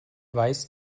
weiß